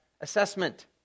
assessment